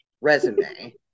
resume